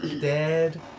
Dead